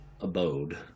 abode